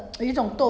you put where